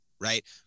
right